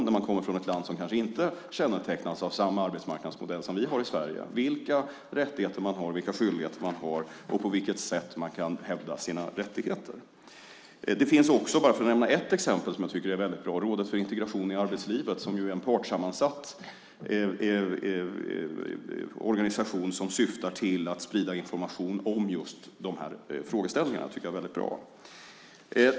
När man kommer från ett land som kanske inte kännetecknas av samma arbetsmarknadsmodell som vi har i Sverige behöver man känna till vilka rättigheter och skyldigheter man har och på vilket sätt man kan hävda sina rättigheter. Låt mig i detta sammanhang nämna ett väldigt bra exempel, nämligen Rådet för integration i arbetslivet. Det är en partssammansatt organisation som syftar till att sprida information om just dessa frågeställningar. Det tycker jag är mycket bra.